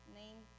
name